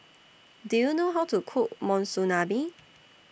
Do YOU know How to Cook Monsunabe